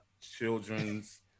children's